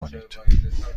کنید